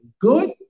good